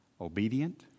Obedient